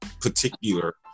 particular